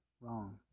wrong